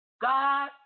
God